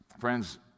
Friends